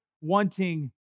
wanting